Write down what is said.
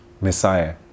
Messiah